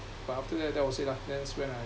but after that that was it lah then that's when I